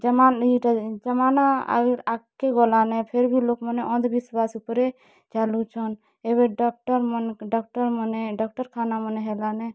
ଇଟା ଜମାନା ଆର୍ ଆଗ୍କେ ଗଲାନେ ଫେର୍ ବି ଲୋକମାନେ ଅନ୍ଧ୍ବିଶ୍ଵାସ୍ ଉପ୍ରେ ଚାଲୁଛନ୍ ଏବେ ଡକ୍ଟର୍ମନେ ଡକ୍ଟର୍ମନେ ଡକ୍ଟରଖାନାମାନେ ହେଲାନେ